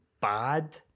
bad